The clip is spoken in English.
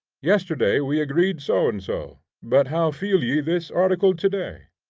yesterday we agreed so and so, but how feel ye this article to-day?